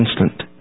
instant